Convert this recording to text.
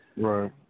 Right